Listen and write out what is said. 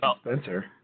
Spencer